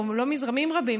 או לא מזרמים רבים,